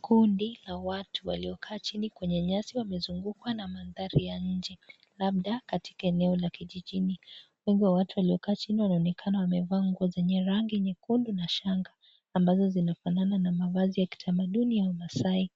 Kundi la watu waliokaa chini kwenye nyasi wamezungukwa na mandhari ya nje labda katika eneo la kijijini, huku watu waliokaa chini wanaonekana wakivaa nguo zenye rangi nyekundu na shanga ambazo zinafanana na mavazi ya kitamaduni ya Maasai.